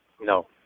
No